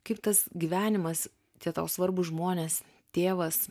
kaip tas gyvenimas tie tau svarbūs žmonės tėvas